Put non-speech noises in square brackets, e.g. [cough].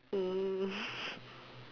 mm [breath]